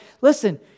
listen